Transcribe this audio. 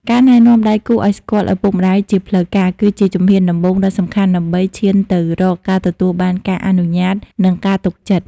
ការណែនាំដៃគូឱ្យស្គាល់ឪពុកម្ដាយជាផ្លូវការ គឺជាជំហានដំបូងដ៏សំខាន់ដើម្បីឈានទៅរកការទទួលបានការអនុញ្ញាត និងការទុកចិត្ត។